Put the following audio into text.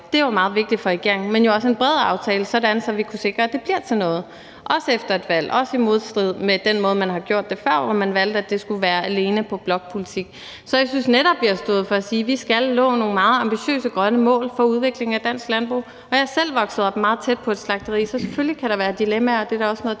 det var meget vigtigt for regeringen – men jo også en bred aftale, sådan at vi kunne sikre, at det bliver til noget også efter et valg og også i modstrid med den måde, man har gjort det på før, hvor man valgte, at det alene skulle baseres på blokpolitik. Så jeg synes netop, vi har stået for at sige, at vi skal nå nogle meget ambitiøse grønne mål for udviklingen af dansk landbrug. Jeg er selv vokset op meget tæt på et slagteri, og selvfølgelig kan der være dilemmaer. Det er da også noget